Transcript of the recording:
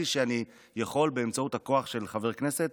שאני יכול באמצעות הכוח של חבר כנסת